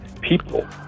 people